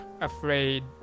afraid